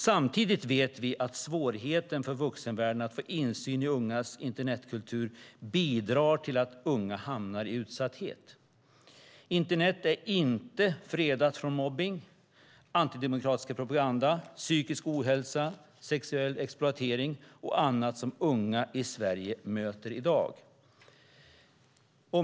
Samtidigt vet vi att svårigheten för vuxenvärlden att få insyn i ungas internetkultur bidrar till att unga hamnar i utsatthet. Internet är inte fredat från mobbning, antidemokratisk propaganda, psykisk ohälsa, sexuell exploatering och annat som unga i Sverige möter i dag.